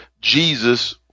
Jesus